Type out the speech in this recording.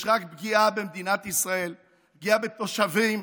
יש רק פגיעה במדינת ישראל, פגיעה בתושבים,